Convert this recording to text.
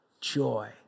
joy